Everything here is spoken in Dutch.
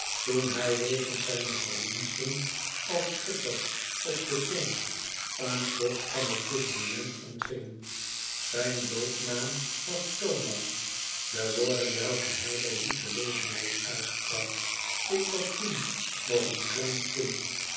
toen hij wegens zijne verdiensten als schipper op den teems een post van het gouvernement ontving zijn doopnaam wasthorras de woorden welke hij bij die gelegenheid uitsprak ik was toen nog een klein kind